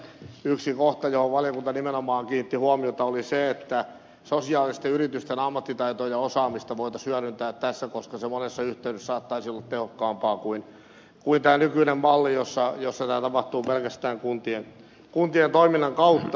yksi kohta johon valiokunta nimenomaan kiinnitti huomiota oli se että sosiaalisten yritysten ammattitaitoa ja osaamista voitaisiin hyödyntää tässä koska se monessa yhteydessä saattaisi olla tehokkaampaa kuin tämä nykyinen malli jossa tämä tapahtuu pelkästään kuntien toiminnan kautta